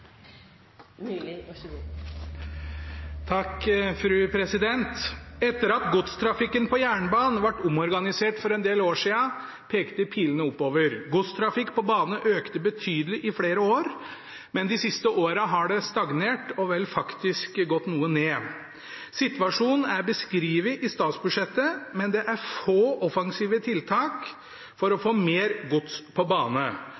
Etter at godstrafikken på jernbanen ble omorganisert for en del år siden, pekte pilene oppover. Godstrafikk på bane økte betydelig i flere år, men de siste åra har det stagnert og vel faktisk gått noe ned. Situasjonen er beskrevet i statsbudsjettet, men det er få offensive tiltak for å få mer gods på bane.